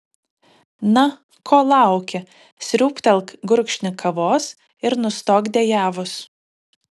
na ko lauki sriūbtelk gurkšnį kavos ir nustok dejavus